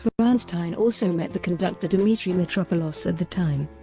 bernstein also met the conductor dimitri mitropoulos at the time.